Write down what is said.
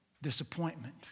disappointment